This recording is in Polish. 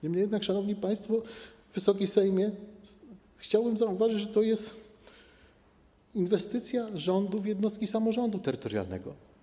Niemniej jednak, szanowni państwo, Wysoki Sejmie, chciałbym zauważyć, że to jest inwestycja rządu w jednostki samorządu terytorialnego.